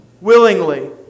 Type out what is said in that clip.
willingly